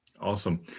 Awesome